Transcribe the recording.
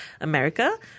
America